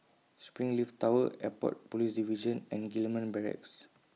Springleaf Tower Airport Police Division and Gillman Barracks